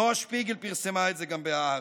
נעה שפיגל פרסמה את זה גם בהארץ.